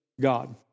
God